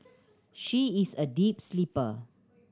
she is a deep sleeper